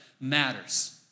matters